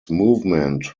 movement